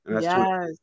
Yes